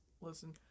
listen